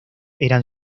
eran